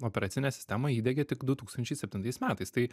operacinę sistemą įdiegė tik du tūkstančiai septintais metais tai